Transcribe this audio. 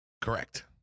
Correct